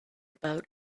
about